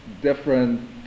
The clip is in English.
different